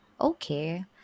Okay